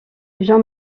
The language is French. jean